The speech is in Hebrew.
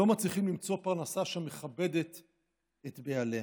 לא מצליחים למצוא פרנסה שמכבדת את בעליה.